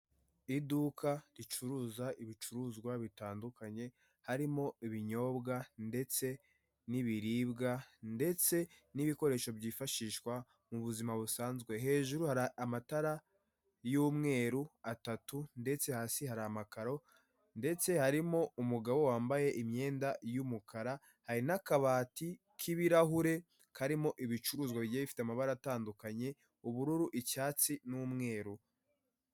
Iduka ricuruza ibicuruzwa bitandukanye harimo ibinyobwa ndetse n'ibiribwa ndetse n'ibikoresho byifashishwa mu buzima busanzwe, hejuru hari amatara y'umweru atatu ndetse hasi hari amakaro ndetse harimo umugabo wambaye imyenda y'umukara hari n'akabati k'ibirahure karimo ibicuruzwa bigiye bifite amabara atandukanye; ubururu, icyatsi, n'umweru.